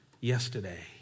yesterday